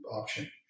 option